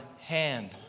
hand